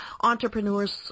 entrepreneurs